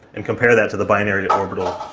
and compare that to the binary orbital